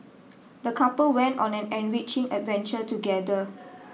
the couple went on an enriching adventure together